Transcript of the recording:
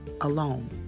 alone